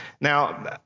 now